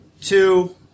two